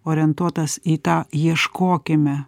orientuotas į tą ieškokime